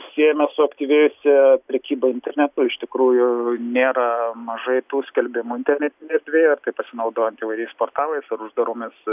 siejame suaktyvėjusia prekyba internetu iš tikrųjų nėra mažai tų skelbimų internetinėje erdvėje tai pasinaudojant įvairiais portalais ar uždaromis